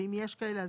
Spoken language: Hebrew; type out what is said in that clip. ואם יש כאלה,